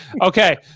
Okay